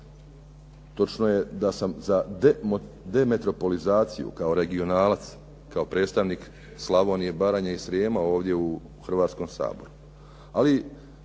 Točno je da sam za demetropolizaciju kao regionalac, kao predstavnik Slavonije, Baranje i Srijema ovdje u Hrvatskom saboru,